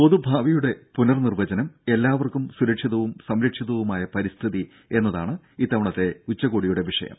പൊതുഭാവിയുടെ പുനർനിർവ്വചനം എല്ലാവർക്കും സുരക്ഷിതവും സംരക്ഷിതവുമായ പരിസ്ഥിതി എന്നതാണ് ഇത്തവണത്തെ ഉച്ചകോടിയുടെ വിഷയം